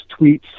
tweets